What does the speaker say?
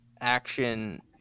action